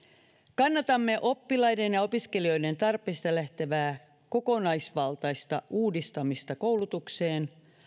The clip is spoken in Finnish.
kannatamme oppilaiden ja opiskelijoiden tarpeista lähtevää kokonaisvaltaista uudistamista koulutukseen